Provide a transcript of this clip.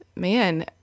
Man